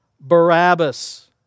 Barabbas